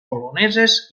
poloneses